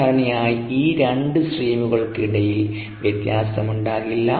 സാധാരണയായി ഈ രണ്ട് സ്ട്രീമുകൾക്കിടയിൽ വ്യത്യാസമുണ്ടാകില്ല